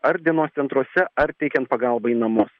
ar dienos centruose ar teikiant pagalbą į namus